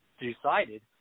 decided